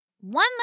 One